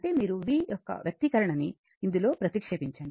అంటే మీరు v యొక్క వ్యక్తీకరణని ఇందులో ప్రతిక్షేపించండి